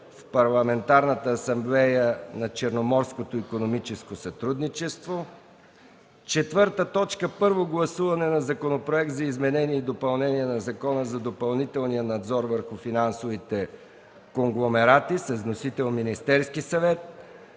в Парламентарната Асамблея на Черноморското икономическо сътрудничество. 4. Първо гласуване на Законопроект за изменение и допълнение на Закона за допълнителния надзор върху финансовите конгломерати. Вносител – Министерският съвет.